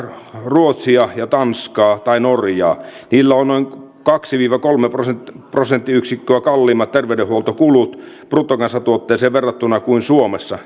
ruotsia tanskaa tai norjaa niillä on on noin kaksi viiva kolme prosenttiyksikköä kalliimmat terveydenhuoltokulut bruttokansantuotteeseen verrattuna kuin suomessa